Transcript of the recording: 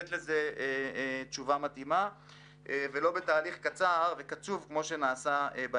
לתת לזה תשוב מתאימה ולא בתהליך קצב וקצוב כמו שנעשה.